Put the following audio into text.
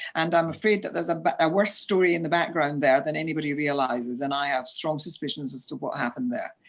and i'm afraid that there's a but ah worse story in the background there than anybody realises, and i have strong suspicions as to what happened there.